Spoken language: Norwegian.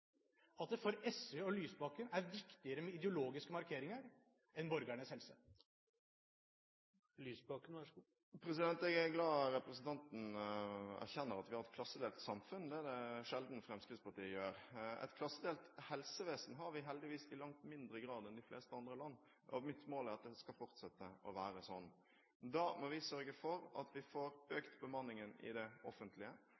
sånn at for SV og Lysbakken er det viktigere med ideologiske markeringer enn borgernes helse? Jeg er glad for at representanten erkjenner at vi har et klassedelt samfunn – det er det sjelden Fremskrittspartiet gjør. Et klassedelt helsevesen har vi heldigvis i langt mindre grad enn de fleste andre land. Mitt mål er at det skal fortsette å være sånn. Da må vi sørge for at vi får